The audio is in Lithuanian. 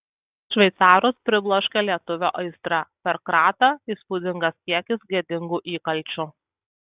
šveicarus pribloškė lietuvio aistra per kratą įspūdingas kiekis gėdingų įkalčių